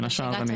בין השאר,